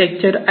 0